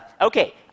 Okay